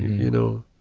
you know.